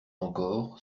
encore